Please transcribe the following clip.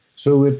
so,